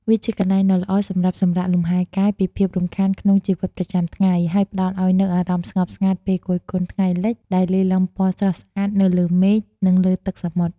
វាជាកន្លែងដ៏ល្អសម្រាប់សម្រាកលំហែកាយពីភាពរំខានក្នុងជីវិតប្រចាំថ្ងៃ ហើយផ្តល់ឱ្យនូវអារម្មណ៍ស្ងប់ស្ងាត់ពេលគយគន់ថ្ងៃលិចដែលលាយឡំពណ៌ស្រស់ស្អាតនៅលើមេឃ និងលើទឹកសមុទ្រ។